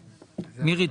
מירי,